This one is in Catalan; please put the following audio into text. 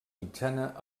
mitjana